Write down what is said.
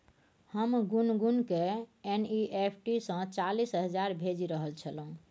हम गुनगुनकेँ एन.ई.एफ.टी सँ चालीस हजार भेजि रहल छलहुँ